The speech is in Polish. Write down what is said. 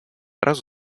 razu